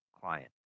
client